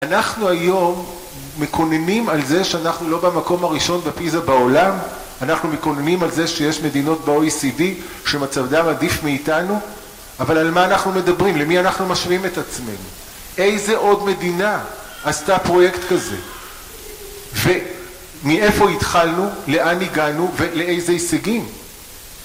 אנחנו היום מקוננים על זה שאנחנו לא במקום הראשון בפיזה בעולם, אנחנו מקוננים על זה שיש מדינות ב-OECD שמצבן עדיף מאיתנו, אבל על מה אנחנו מדברים? למי אנחנו משווים את עצמנו? איזה עוד מדינה עשתה פרויקט כזה? ומאיפה התחלנו, לאן הגענו, ולאיזה הישגים?